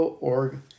org